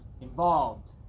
involved